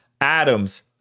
Adams